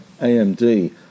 AMD